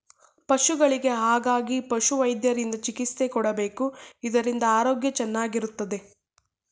ಪಶುಗಳಿಗೆ ಹಾಗಾಗಿ ಪಶುವೈದ್ಯರಿಂದ ಚಿಕಿತ್ಸೆ ಕೊಡಿಸಬೇಕು ಇದರಿಂದ ಆರೋಗ್ಯ ಚೆನ್ನಾಗಿರುತ್ತದೆ